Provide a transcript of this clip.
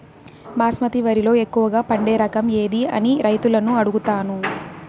బాస్మతి వరిలో ఎక్కువగా పండే రకం ఏది అని రైతులను అడుగుతాను?